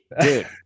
Dude